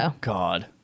God